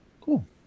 Cool